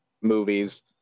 movies